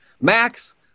Max